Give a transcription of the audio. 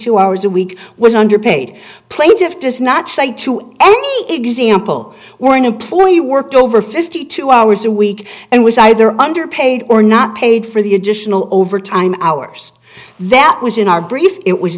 two hours a week was underpaid plaintiffs does not say to any example where an employee worked over fifty two hours a week and was either underpaid or not paid for the additional overtime hours that was in our brief it was